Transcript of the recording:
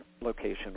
location